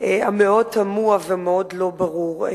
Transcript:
המאוד תמוה והמאוד לא ברור הזה.